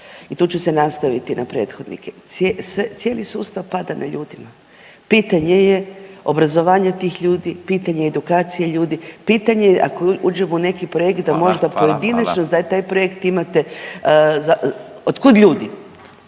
i tu ću se nastaviti na prethodnike, cijeli sustav pada na ljude. Pitanje je obrazovanja tih ljudi, pitanje edukacije ljudi, pitanje ako uđemo u neki projekt da možda …/Upadica: Hvala, hvala./… pojedinačno za taj projekt imate, od kud ljudi.